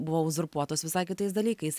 buvo uzurpuotais visai kitais dalykais